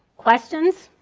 questions?